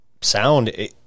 sound